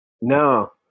No